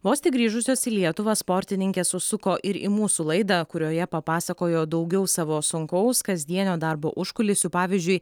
vos tik grįžusios į lietuvą sportininkės užsuko ir į mūsų laidą kurioje papasakojo daugiau savo sunkaus kasdienio darbo užkulisių pavyzdžiui